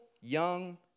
young